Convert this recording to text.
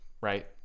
Right